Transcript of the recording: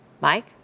Mike